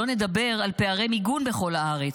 שלא נדבר על פערי מיגון בכל הארץ.